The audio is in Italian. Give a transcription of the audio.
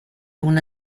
una